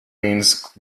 means